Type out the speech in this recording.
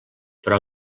però